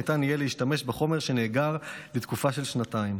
ניתן יהיה להשתמש בחומר שנאגר לתקופה של שנתיים.